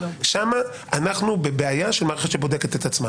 שם אנחנו בבעיה של מערכת שבודקת את עצמה.